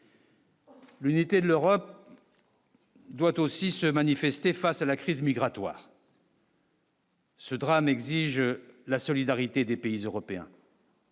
L'unité de l'Europe doit aussi se manifester face à la crise migratoire. Ce drame exige la solidarité des pays européens.